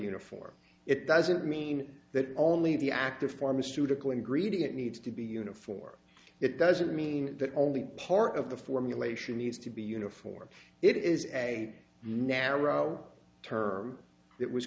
uniform it doesn't mean that only the active pharmaceutical and greedy it needs to be uniform it doesn't mean that only part of the formulation needs to be uniform it is a narrow term that was